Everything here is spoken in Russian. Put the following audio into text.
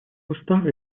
устав